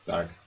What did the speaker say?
Tak